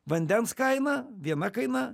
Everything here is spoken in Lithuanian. vandens kaina viena kaina